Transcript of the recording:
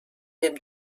dem